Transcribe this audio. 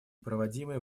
проводимые